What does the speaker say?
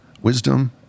wisdom